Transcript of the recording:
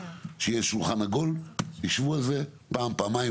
שיהיה שולחן עגול וישבו על זה פעם או פעמיים,